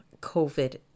COVID